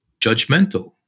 judgmental